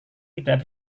tidak